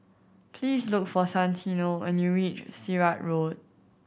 please look for Santino when you reach Sirat Road